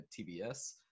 TBS